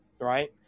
right